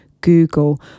google